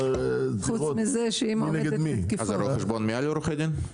רואה חשבון מעל עורך דין?